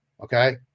okay